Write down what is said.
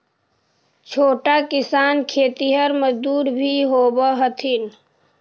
छोटा किसान खेतिहर मजदूर भी होवऽ हथिन